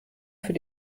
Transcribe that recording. für